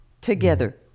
together